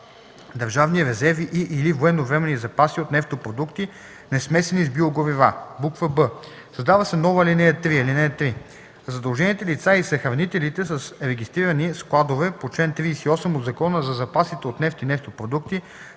държавни резерви и/или военновременни запаси от нефтопродукти, несмесени с биогорива.”; б) създава се нова ал. 3: „(3) Задължените лица и съхранителите с регистрирани складове по чл. 38 от Закона за запасите от нефт и нефтопродукти